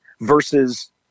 versus